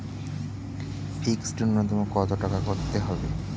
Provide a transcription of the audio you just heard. Fixed নুন্যতম কত টাকা করতে হবে?